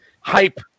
Hype